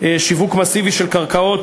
שיווק מסיבי של קרקעות,